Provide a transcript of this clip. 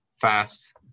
fast